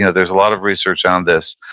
yeah there's a lot of research on this.